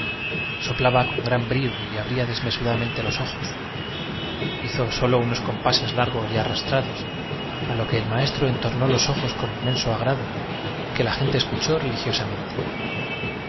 soplaba con gran brío y abría desmesuradamente los ojos hizo solo unos compases largos y arrastrados a los que el maestro entornó los ojos con inmen so agrado y que la gente escuchó